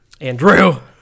Andrew